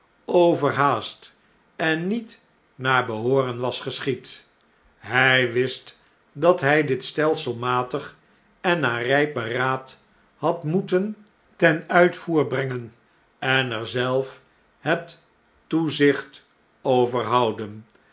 overhaast en niet naar behooren was geschied hn wist dat hn dit stelselmatig en narijpberaad had moeten ten uitvoer brengen en er zelfhet toezicht over houden